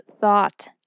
thought